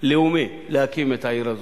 לאומי להקים את העיר הזאת.